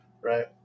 right